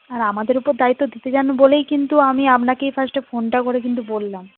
আর আমাদের উপর দায়িত্ব দিতে চান বলেই কিন্তু আমি আপনাকেই ফার্স্টে ফোনটা করে কিন্তু বললাম